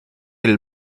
aile